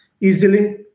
easily